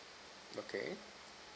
okay